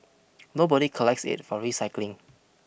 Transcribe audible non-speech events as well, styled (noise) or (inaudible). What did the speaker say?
(noise) nobody collects it for recycling